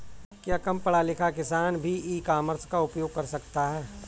क्या कम पढ़ा लिखा किसान भी ई कॉमर्स का उपयोग कर सकता है?